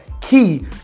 key